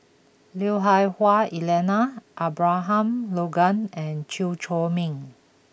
Lui Hah Wah Elena Abraham Logan and Chew Chor Meng